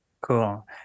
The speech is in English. Cool